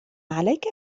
عليك